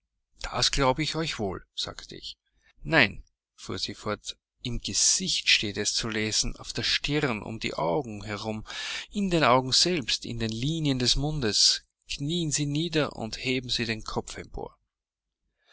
das glaube ich euch wohl sagte ich nein fuhr sie fort im gesicht steht es zu lesen auf der stirn um die augen herum in den augen selbst in den linien des mundes knieen sie nieder und heben sie den kopf